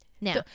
Now